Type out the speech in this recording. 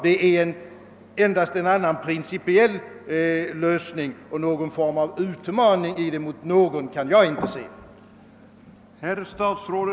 Detta innebär endast en annan principiell lösning, och någon form av utmaning i det mot någon kan jag inte se.